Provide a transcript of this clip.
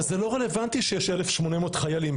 אבל זה לא רלוונטי שיש 1,800 חיילים.